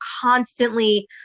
constantly